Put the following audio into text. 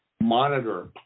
monitor